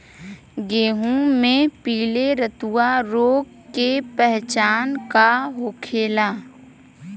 गेहूँ में पिले रतुआ रोग के पहचान का होखेला?